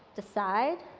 decide,